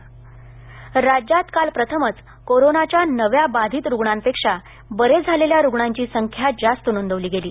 राज्य आकडेवारी राज्यात काल प्रथमच कोरोनाच्या नव्या बाधित रुग्णांपेक्षा बरे झालेल्या रुग्णांची संख्या जास्त नोंदविली गेली